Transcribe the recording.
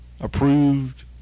Approved